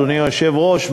אדוני היושב-ראש,